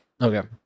Okay